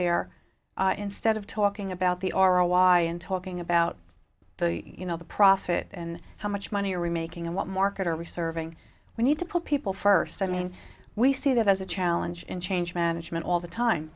there instead of talking about the r a y and talking about you know the profit and how much money are we making and what market are we serving we need to put people first i mean we see that as a challenge in change management all the time